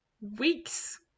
weeks